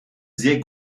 sehr